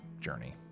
journey